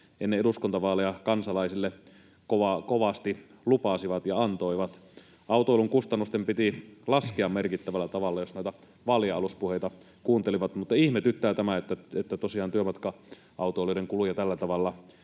ennen eduskuntavaaleja kansalaisille kovasti lupasi ja antoi. Autoilun kustannusten piti laskea merkittävällä tavalla, jos noita vaalienaluspuheita kuunteli. Mutta ihmetyttää tämä, että tosiaan työmatka-autoilijoiden kuluja tällä tavalla